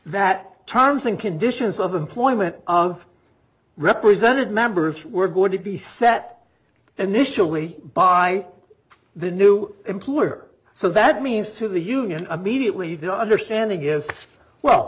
that terms and conditions of employment of represented members were going to be set an initially by the new employer so that means to the union immediately the understanding is well